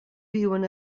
viuen